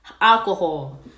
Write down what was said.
alcohol